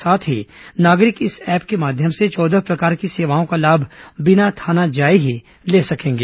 साथ ही नागरिक इस ऐप के माध्यम से चौदह प्रकार की सेवाओं का लाभ बिना थाना जाए ही ले सकेंगे